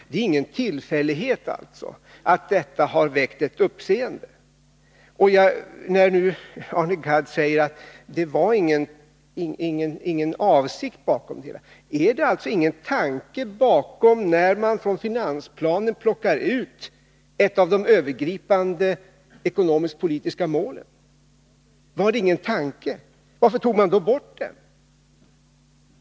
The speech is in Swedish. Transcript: Det är ingen tillfällighet att detta har väckt uppseende. Arne Gadd sade nu att det inte låg någon avsikt bakom denna ändrade skrivning. Ligger det alltså ingen tanke bakom åtgärden att från finansplanen plocka ut ett av de övergripande politiska målen? Varför tog man då bort det?